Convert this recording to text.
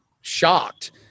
shocked